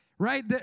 Right